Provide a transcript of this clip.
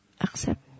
accept